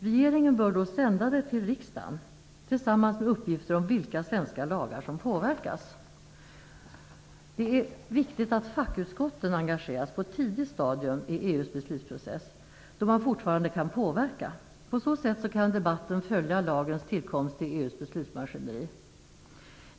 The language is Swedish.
Regeringen bör då sända det till riksdagen tillsammans med uppgifter om vilka svenska lagar som påverkas. Det är viktigt att fackutskotten engageras på ett tidigt stadium i EU:s beslutsprocess, då man fortfarande kan påverka. På så sätt kan debatten följa lagens tillkomst i EU:s beslutsmaskineri.